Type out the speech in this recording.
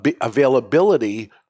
availability